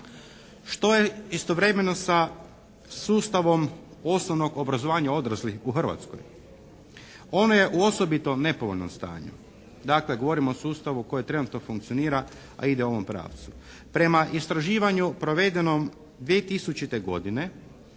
Što je istovremeno sa sustavom osnovnog obrazovanja odraslih u Hrvatskoj? Ono je u osobito nepovoljnom stanju. Dakle, govorimo o sustavu koje trenutno funkcionira a ide u ovom pravcu. Prema istraživanju provedenom 2000. godine